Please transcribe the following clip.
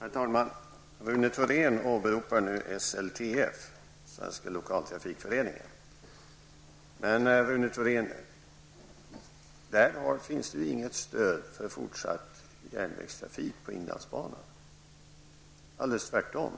Herr talman! Rune Thorén åberopar nu SLTF -- Svenska lokaltrafikföreningen. Men, Rune Thorén, där finns det ju inget stöd för fortsatt tågtrafik på inlandsbanan -- alldeles tvärtom.